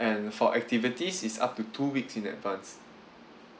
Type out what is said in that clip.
and for activities it's up to two weeks in advance